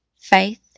faith